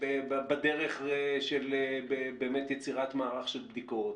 בדרך של יצירת מערך של בדיקות,